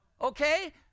Okay